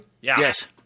Yes